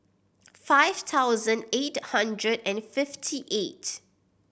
five thousand eight hundred and fifty eight